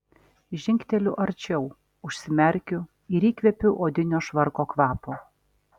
žingteliu arčiau užsimerkiu ir įkvepiu odinio švarko kvapo